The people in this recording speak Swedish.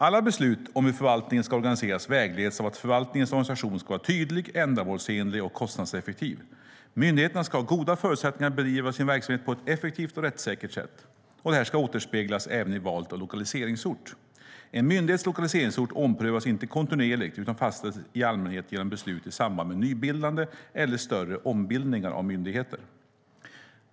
Alla beslut om hur förvaltningen ska organiseras vägleds av att förvaltningens organisation ska vara tydlig, ändamålsenlig och kostnadseffektiv. Myndigheterna ska ha goda förutsättningar att bedriva sin verksamhet på ett effektivt och rättssäkert sätt. Detta ska återspeglas även i valet av lokaliseringsort. En myndighets lokaliseringsort omprövas inte kontinuerligt, utan fastställs i allmänhet genom beslut i samband med nybildande eller större ombildningar av myndigheter.